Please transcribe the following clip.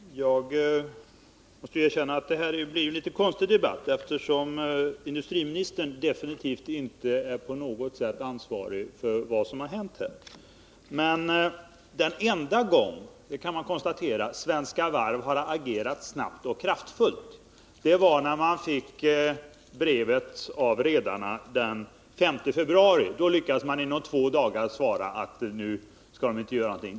Herr talman! Jag måste erkänna att det här blir en konstig debatt, eftersom industriministern definitivt inte på något sätt är ansvarig för vad som har hänt. Men man kan konstatera att den enda gång Svenska Varv har agerat snabbt och kraftfullt var när man fick brevet från redarna den 5 februari. Då lyckades man inom två dagar svara att ingenting skulle göras.